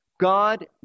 God